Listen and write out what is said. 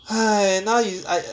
now you I